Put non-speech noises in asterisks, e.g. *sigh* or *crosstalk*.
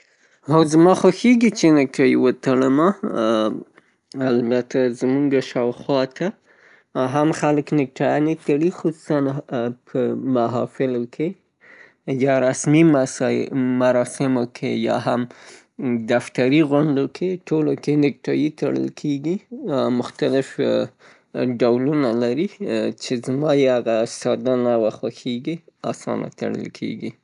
هو زما خوښیږي چې نیکټايي وتړمه *hesitation* البته زموږ شاو خواته هم خلک نیکټايي تړي خصوصاً په محافلو کې یا رسمي مراسمو کې یا هم دفتري غونډو کې ټولو کې نیکټايي تړل کیږي. مختلف ډولونه لري چې زما یې هغه ساده نوعه خوښیږي، آسانه تړل کیږي.